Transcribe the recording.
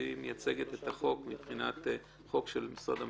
והיא מייצגת את החוק כחוק של משרד המשפטים,